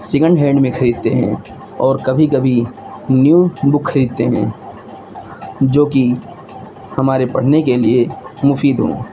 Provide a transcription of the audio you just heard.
second hand میں خریدتے ہیں اور کبھی کبھی نیو بک خریدتے ہیں جوکہ ہمارے پڑھنے کے لیے مفید ہوں